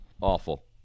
Awful